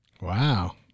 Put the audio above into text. Wow